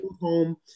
home